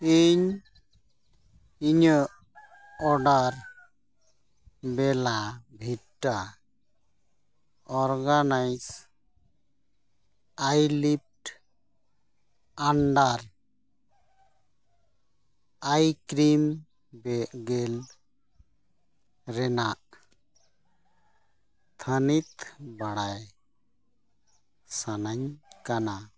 ᱤᱧ ᱤᱧᱟᱹᱜ ᱚᱰᱟᱨ ᱵᱮᱞᱟ ᱵᱷᱤᱴᱟ organic eye lift under eye cream ᱵᱮ ᱡᱮᱞ ᱨᱮᱱᱟᱜ ᱛᱷᱟᱱᱤᱛ ᱵᱟᱰᱟᱭ ᱥᱟᱹᱱᱟᱹᱧ ᱠᱟᱱᱟ